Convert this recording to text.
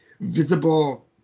visible